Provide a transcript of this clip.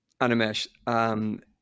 Animesh